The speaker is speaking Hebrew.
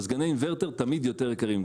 מזגני אינוורטר תמיד יותר יקרים,